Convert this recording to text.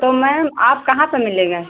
तो मैम आप कहाँ पर मिलेंगे